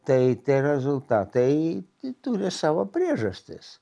tai tai rezultatai turi savo priežastis